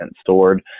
stored